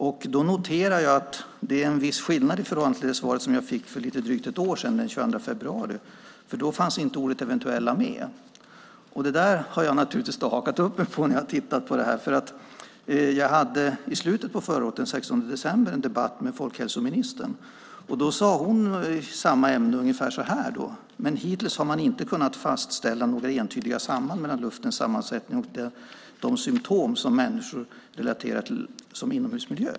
Jag noterar att det är en viss skillnad i förhållande till det svar jag fick för lite drygt ett år sedan, den 22 februari, för då fanns inte ordet "eventuella" med. Det där har jag naturligtvis hakat upp mig på när jag tittat på detta, för jag hade i slutet av förra året, den 16 december, en debatt med folkhälsoministern. Då sade hon i samma ämne ungefär så här: Men hittills har man inte kunnat fastställa några entydiga samband mellan luftens sammansättning och de symtom som människor relaterar till inomhusmiljö.